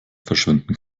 verschwinden